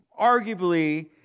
arguably